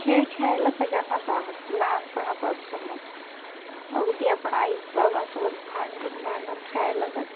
खेळ खेळायला सगळ्यांनाच आवडतं लहानपणापासूनच अगदी आपण आईस बाबांसोबत भांडून भांडून खेळायला जातो